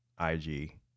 ig